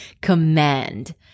command